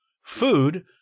food